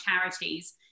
charities